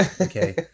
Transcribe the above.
Okay